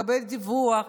לקבל דיווח,